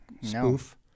spoof